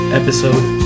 episode